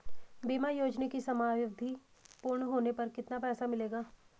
बीमा योजना की समयावधि पूर्ण होने पर कितना पैसा मिलेगा?